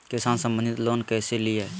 किसान संबंधित लोन कैसै लिये?